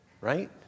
Right